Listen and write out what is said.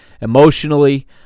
emotionally